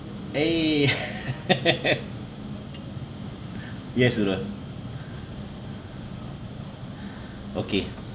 eh yes sudah okay